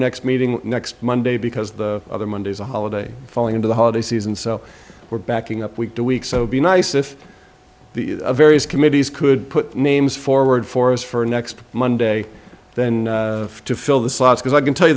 next meeting next monday because the other monday is a holiday falling into the holiday season so we're backing up week to week so be nice if the various committees could put names forward for us for next monday then to fill the slot because i can tell you